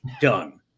done